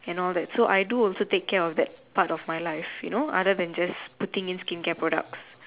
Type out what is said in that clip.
and all that so I do also take care of that part of my life you know other than just putting in skincare products